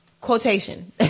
Quotation